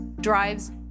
drives